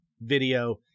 video